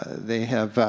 they have,